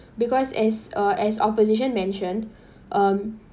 because as uh as opposition mentioned um